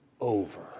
over